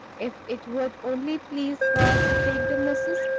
if it would only please god to take the missus,